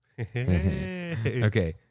Okay